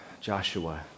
Joshua